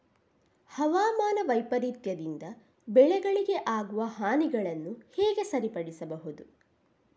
ಹವಾಮಾನ ವೈಪರೀತ್ಯದಿಂದ ಬೆಳೆಗಳಿಗೆ ಆಗುವ ಹಾನಿಗಳನ್ನು ಹೇಗೆ ಸರಿಪಡಿಸಬಹುದು?